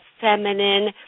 feminine